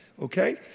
okay